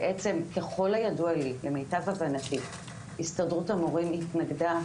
ככל הידוע לי, למיטב הבנתי, הסתדרות המורים התנגדה